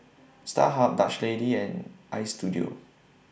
Starhub Dutch Lady and Istudio